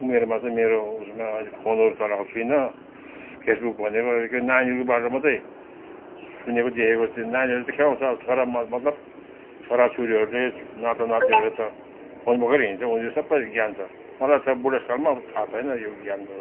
उमेरमा चाहिँ मेरो उयसमा अहिले फोनहरू चलाएको छुइनँ फेस बुक भन्नेबारे नानीहरूबाट मात्रै सुनेको देखेको चाहिँ नानीहरू चाहिँ खेलाउँछ अब छोरा म मतलब छोरा छोरीहरूले नाता नातिनीहरू त फोन बोकेर हिँड्छ उनीहरू सबै ज्ञान छ मलाई त अब बुढेस कालमा अब थाहा छैन यो ज्ञानहरू